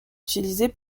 utilisées